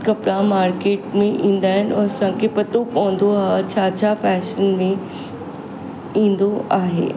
कपिड़ा मार्केट में ईंदा आहिनि और असांखे पतो पंवंदो आहे छा छा फैशन में ईंदो आहे